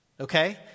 Okay